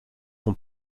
font